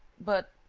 but.